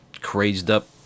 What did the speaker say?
crazed-up